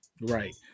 Right